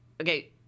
okay